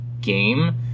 game